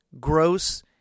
gross